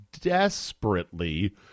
desperately